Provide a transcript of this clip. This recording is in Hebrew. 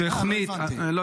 לא הבנתי.